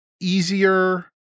easier